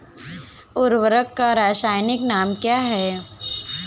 उर्वरक का रासायनिक नाम क्या है?